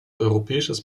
europäisches